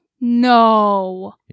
No